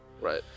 right